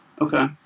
Okay